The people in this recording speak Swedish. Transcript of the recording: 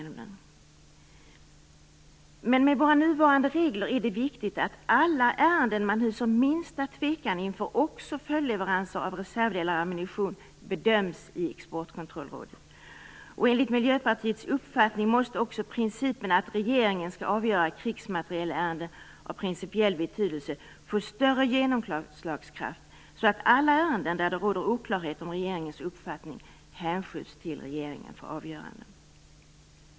När det gäller våra nuvarande regler är det viktigt att alla ärenden som man hyser minsta tvekan inför, också följdleveranser av reservdelar och ammunition, bedöms i Exportkontrollrådet. Enligt Miljöpartiets uppfattning måste också principen att regeringen skall avgöra krigsmaterielärenden av principiell betydelse få större genomslagskraft, så att alla ärenden där det råder oklarhet om regeringens uppfattning hänskjuts till regeringen för avgörande.